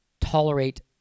tolerate